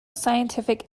scientific